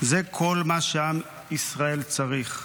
זה כל מה שעם ישראל צריך,